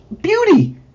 beauty